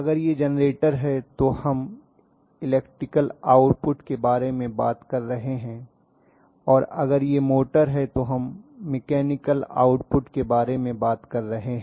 अगर यह जेनरेटर है तो हम इलेक्ट्रिकल आउटपुट के बारे में बात कर रहे हैं और अगर यह मोटर है तो हम मैकेनिकल आउटपुट के बारे में बात कर रहे हैं